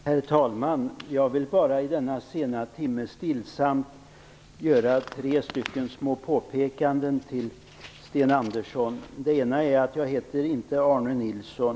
Herr talman! Jag vill denna sena timme bara stillsamt göra tre små påpekanden, Sten Andersson. För det första heter jag inte Arne Nilsson.